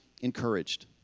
encouraged